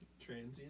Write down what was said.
Transient